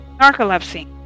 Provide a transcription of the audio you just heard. Narcolepsy